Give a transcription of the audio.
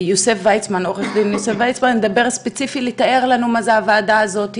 אתן לעו"ד יוסף ויצמן לדבר ספציפית ולתאר לנו מה זו הוועדה הזאת,